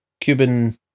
Cuban